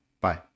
bye